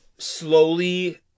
Slowly